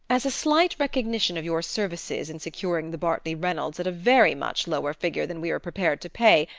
as a slight recognition of your services in securing the bartley reynolds at a very much lower figure than we were prepared to pay,